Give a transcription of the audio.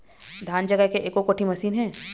धान जगाए के एको कोठी मशीन हे?